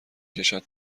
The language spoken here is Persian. کشد